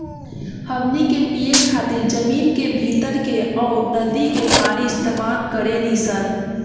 हमनी के पिए खातिर जमीन के भीतर के अउर नदी के पानी इस्तमाल करेनी सन